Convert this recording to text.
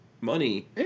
money